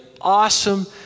awesome